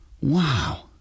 Wow